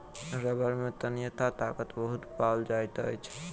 रबड़ में तन्यता ताकत बहुत पाओल जाइत अछि